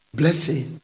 blessing